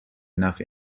enough